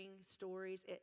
stories